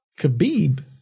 Khabib